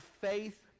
faith